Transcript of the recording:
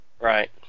Right